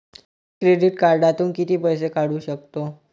मी credit कार्डातून किती पैसे काढू शकतो?